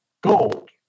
gold